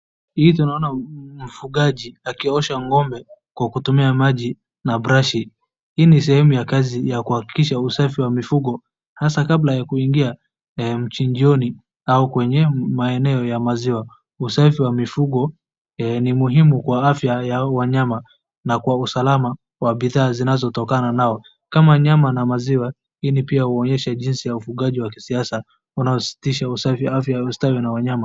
Hii tunaona mfugaji akiosha ng'ombe kwa kutumia maji na brashi. Hii ni sehemu ya kazi ya kuhakikisha usafi wa mifugo, hasa kabla ya kuingia kichinjioni au kwenye maneno ya maziwa. Usafi wa mifugo ni muhimu kwa afya ya wanyama na kwa usalama wa bidhaa zinazotokana nao kama nyama na maziwa, lakini pia huonyesha jinsi ya ufugaji wa kisasa unaosisitiza usafi wa ufugaji na wanyama.